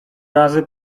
razy